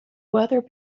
weather